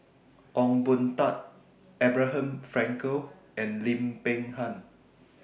Ong Boon Tat Abraham Frankel and Lim Peng Han